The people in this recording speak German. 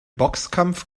boxkampf